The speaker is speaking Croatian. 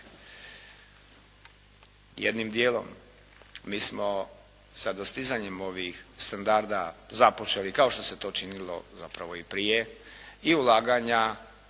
Jednim dijelom mi smo sa dostizanjem ovih standarda započeli kao što se to činilo zapravo i prije, i ulaganja